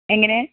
എങ്ങനെ